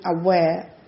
aware